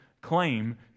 claim